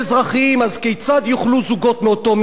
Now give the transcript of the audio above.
אז כיצד יוכלו זוגות מאותו מין להינשא?